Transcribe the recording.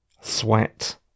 sweat